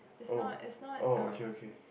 oh oh okay okay